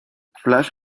flash